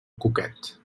cuquet